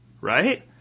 right